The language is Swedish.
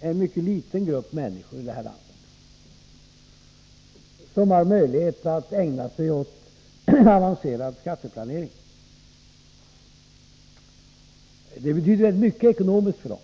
en mycket liten grupp människor i vårt land som har möjlighet att ägna sig åt avancerad skatteplanering. Det betyder rätt mycket ekonomiskt för dem.